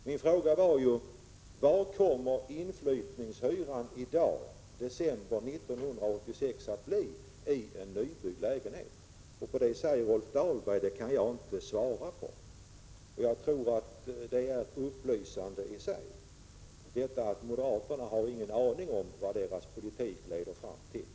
Min fråga var ju: Vad kommer inflyttningshyran i dag — i december 1986 — att bli i en nybyggd lägenhet? Då säger Rolf Dahlberg att det kan han inte svara på. Det är upplysande i sig: moderaterna har ingen aning om vad deras politik leder fram till!